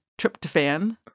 tryptophan